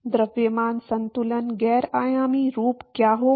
द्रव्यमान संतुलन गैर आयामी रूप क्या होगा